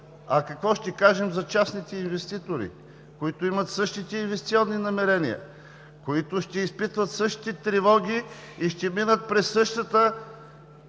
а какво ще кажем за частните инвеститори, които имат същите инвестиционни намерения, които ще изпитват същите тревоги и ще минат през същата